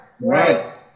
Right